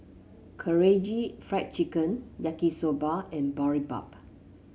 Karaage Fried Chicken Yaki Soba and Boribap